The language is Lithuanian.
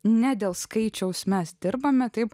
ne dėl skaičiaus mes dirbame taip